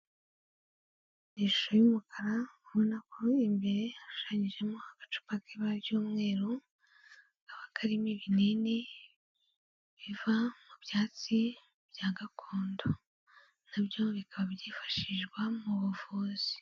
Ni ishusho y'umukara ubona ko imbere hashushanyijemo agacupa k'ibara ry'umweru kakaba karimo ibinini biva mu byatsi bya gakondo, na byo bikaba byifashishwa mu buvuzi.